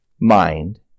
mind